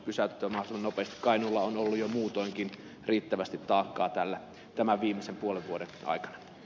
kainuulla on ollut jo muutoinkin riittävästi taakkaa tämän viimeisen puolen vuoden aikana